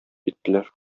киттеләр